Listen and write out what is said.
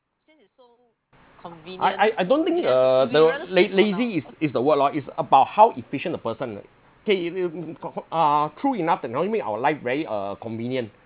I I I don't think uh the laz~ lazy is is the word loh it's about how efficient the person like K if you uh true enough technology make our life very uh convenient